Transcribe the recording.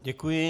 Děkuji.